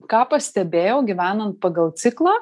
ką pastebėjau gyvenant pagal ciklą